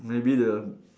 maybe the